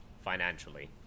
financially